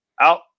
out